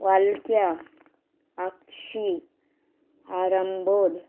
वालक्या आक्षी आरंबोल